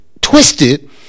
twisted